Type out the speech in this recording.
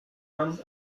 man